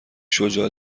شجاع